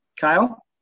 Kyle